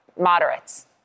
moderates